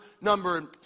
number